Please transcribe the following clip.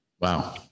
wow